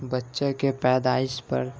بچہ کے پیدائش پر